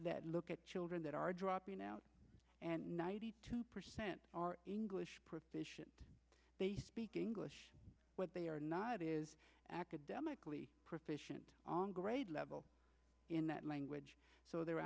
that look at children that are dropping out and ninety two percent are english proficiency speak english what they are not is academically proficient on grade level in that language so their